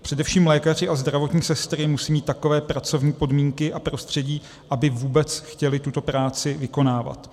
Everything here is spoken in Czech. Především lékaři a zdravotní sestry musí mít takové pracovní podmínky a prostředí, aby vůbec chtěli tuto práci vykonávat.